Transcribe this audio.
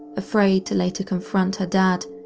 afraid to later confront her dad,